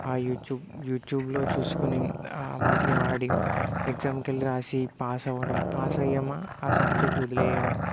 ఆ యూట్యూబ్ యూట్యూబ్లో చూసుకొని వాడి ఎగ్జామ్కు వెళ్ళి రాసి పాస్ అవడం పాస్ అయ్యామా ఆ సబ్జెక్ట్ వదిలేయడం